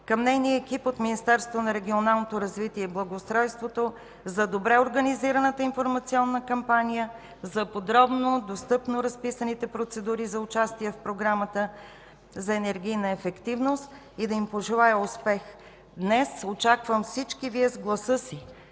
към нейния екип от Министерство на регионалното развитие и благоустройството за добре организираната информационна кампания, за подробно, достъпно разписаните процедури за участие в Програмата за енергийна ефективност и да им пожелая успех. Днес очаквам всички Вие с гласа си